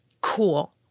cool